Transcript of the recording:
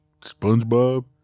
Spongebob